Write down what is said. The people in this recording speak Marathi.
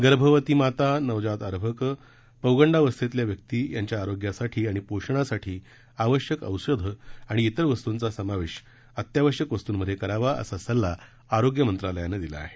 गर्भवती माता नवजात अर्भक पौंगडावस्थेतल्या व्यर्तींच्या आरोग्यासाठी आणि पोषणासाठी आवश्यक औषधे आणि इतर वस्तुंचा समावेश अत्यावश्यक वस्तूंमध्ये करावा असा सल्ला आरोग्य मंत्रालयानं दिला आहे